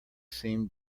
seemed